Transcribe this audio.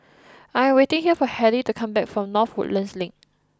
I am waiting here for Hettie to come back from North Woodlands Link